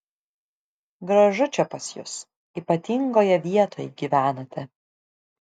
gražu čia pas jus ypatingoje vietoj gyvenate